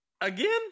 Again